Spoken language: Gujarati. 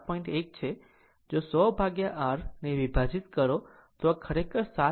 1 છે જો 100 r ને વિભાજીત કરો તો આ ખરેખર 7